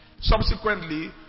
Subsequently